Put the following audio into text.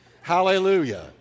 hallelujah